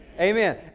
Amen